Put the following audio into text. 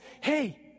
hey